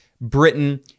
Britain